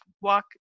walk